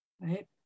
right